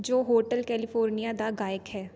ਜੋ hotel California ਦਾ ਗਾਇਕ ਹੈ